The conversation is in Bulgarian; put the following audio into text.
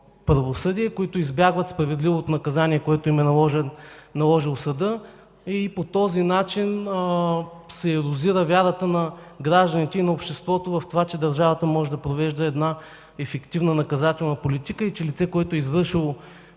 правосъдие, избягват справедливото наказание, което им е наложил съдът, и по този начин се ерозира вярата на гражданите и на обществото, че държавата може да проведе ефективна наказателна политика и че лице, което е извършило